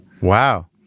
Wow